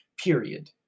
period